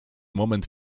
moment